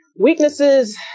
Weaknesses